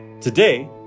Today